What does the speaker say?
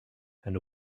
and